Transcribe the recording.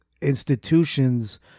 institutions